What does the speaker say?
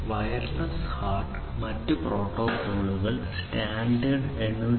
wireless HART മറ്റ് പ്രോട്ടോക്കോളുകൾ standard 802